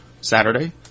Saturday